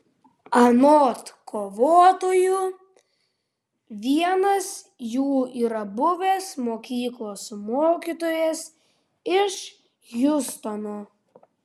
anot kovotojų vienas jų yra buvęs mokyklos mokytojas iš hjustono